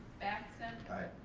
batson? aye.